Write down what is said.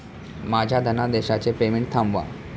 माझ्या धनादेशाचे पेमेंट थांबवा